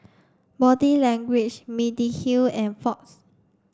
Body Language Mediheal and Fox